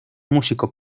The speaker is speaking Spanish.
músico